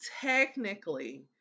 technically